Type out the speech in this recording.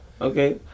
Okay